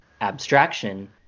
abstraction